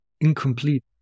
incomplete